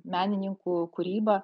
menininkų kūrybą